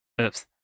Oops